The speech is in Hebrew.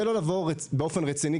זה לא לבוא באופן רציני.